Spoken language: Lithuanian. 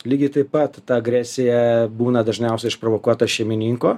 lygiai taip pat ta agresija būna dažniausiai išprovokuota šeimininko